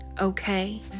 okay